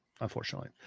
unfortunately